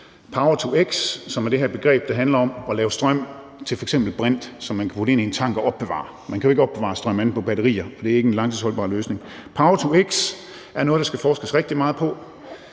der handler om at lave strøm til f.eks. brint, som man kan putte ind i en tank og opbevare – man kan jo ikke opbevare strøm på andet end batterier, og det er ikke en langtidsholdbar løsning – er noget, der skal forskes rigtig meget i.